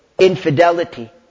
infidelity